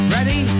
Ready